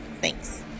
Thanks